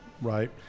right